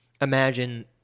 imagine